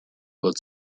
both